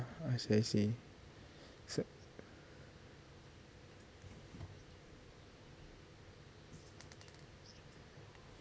I see I see so